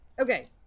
Okay